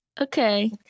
Okay